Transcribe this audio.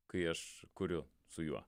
kai aš kuriu su juo